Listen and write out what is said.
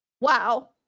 wow